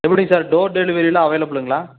எப்படிங் sir door டெலிவெரிலாம் அவைலபுலுங்களா